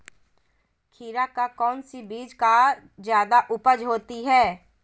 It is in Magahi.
खीरा का कौन सी बीज का जयादा उपज होती है?